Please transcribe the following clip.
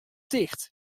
ticht